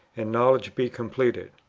and knowledge be completed.